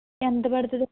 ఎంత పడుతుంది